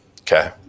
Okay